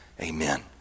Amen